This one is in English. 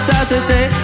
Saturday